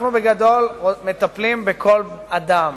אנחנו מטפלים בכל אדם